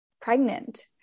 pregnant